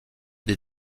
des